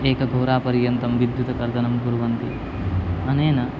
एक होरापर्यन्तं विद्युत् कर्तनं कुर्वन्ति अनेन